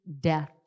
death